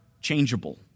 changeable